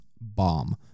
bomb